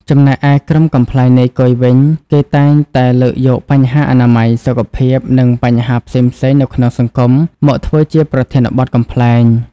ចំណែកឯក្រុមកំប្លែងនាយកុយវិញ គេតែងតែលើកយកបញ្ហាអនាម័យ សុខភាព និងបញ្ហាផ្សេងៗនៅក្នុងសង្គមមកធ្វើជាប្រធានបទកំប្លែង។